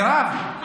מירב,